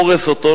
פורס אותו,